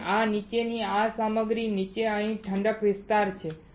અને આની નીચે આ સામગ્રી નીચે અહીં ઠંડક વિસ્તાર છે